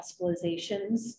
hospitalizations